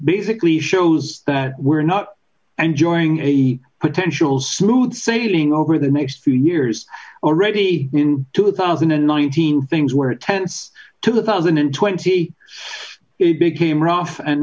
basically shows that we're not enjoying a potential smooth sailing over the next few years already in two thousand and nineteen things were tense two thousand and twenty it became rough and